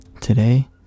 Today